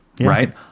right